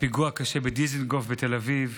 הפיגוע הקשה בדיזינגוף בתל אביב,